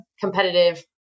competitive